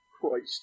Christ